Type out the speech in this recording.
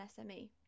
SME